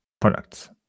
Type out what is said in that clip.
products